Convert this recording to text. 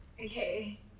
Okay